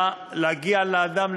להגיע לאדם,